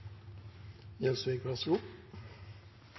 vegne. Vær så god!